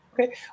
Okay